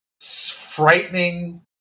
frightening